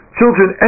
children